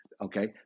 Okay